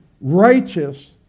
righteous